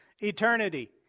Eternity